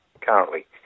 currently